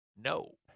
no